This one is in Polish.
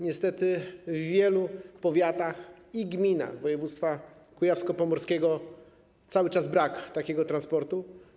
Niestety w wielu powiatach i gminach województwa kujawsko-pomorskiego cały czas brak takiego transportu.